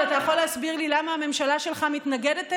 אבל אתה יכול להסביר לי למה הממשלה שלך מתנגדת לה?